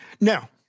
now